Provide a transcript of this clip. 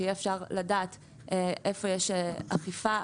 שיהיה אפשר לדעת איפה יש אכיפה,